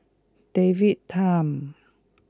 David Tham